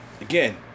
again